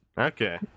Okay